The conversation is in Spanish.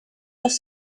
dos